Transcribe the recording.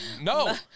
no